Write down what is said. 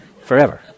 forever